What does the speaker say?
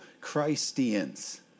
Christians